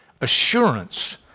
assurance